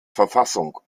verfassung